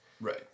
right